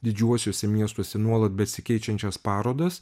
didžiuosiuose miestuose nuolat besikeičiančias parodas